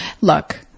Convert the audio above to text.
Look